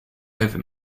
over